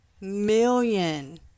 million